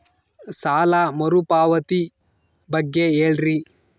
ಸಾಲ ಮರುಪಾವತಿ ಬಗ್ಗೆ ಹೇಳ್ರಿ?